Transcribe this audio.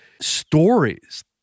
stories